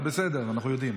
זה בסדר, אנחנו יודעים.